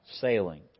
sailing